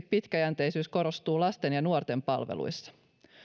pitkäjänteisyys korostuu erityisesti lasten ja nuorten palveluissa